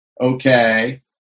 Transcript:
Okay